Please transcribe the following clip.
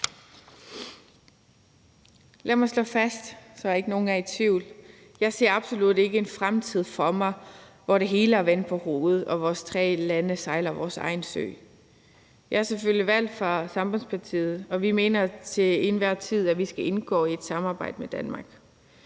Lad mig slå fast, så ikke nogen er i tvivl: Jeg ser absolut ikke en fremtid for mig, hvor det hele er vendt på hovedet og vores tre lande sejler deres egen sø. Jeg er selvfølgelig valgt for Sambandspartiet, og vi mener til enhver tid, at vi skal indgå i et samarbejde med Danmark.